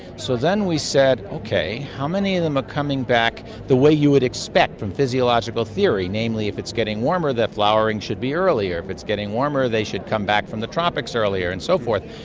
so then we said, okay, how many of them are coming back the way you would expect from physiological theory? namely, if it's getting warmer, the flowering should be earlier, if it's getting warmer they should come back from the tropics earlier, and so forth.